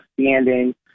standing